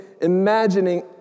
imagining